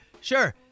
sure